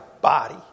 body